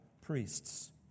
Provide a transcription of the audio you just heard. priests